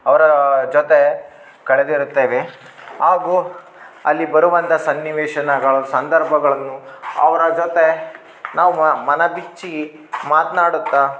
ಅವ್ರ ಜೊತೆ ಕಳೆದಿರುತ್ತೇವೆ ಹಾಗು ಅಲ್ಲಿ ಬರುವಂಥ ಸನ್ನಿವೇಶನಾಗ ಸಂದರ್ಭಗಳನ್ನು ಅವರ ಜೊತೆ ನಾವು ಮನಬಿಚ್ಚಿ ಮಾತನಾಡುತ್ತಾ